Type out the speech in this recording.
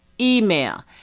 email